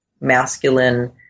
masculine